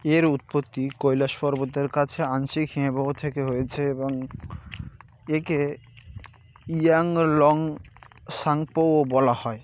এর উৎপত্তি কৈলাশ পর্বতের কাছে আংসি হিমবাহ থেকে হয়েছে এবং একে ইয়াংলং সাংপো ও বলা হয়